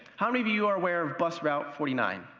how many of you are aware of bus route forty nine?